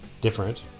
different